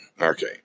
Okay